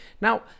Now